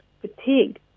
fatigue